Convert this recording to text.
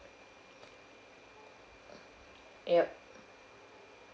yup